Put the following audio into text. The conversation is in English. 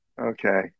Okay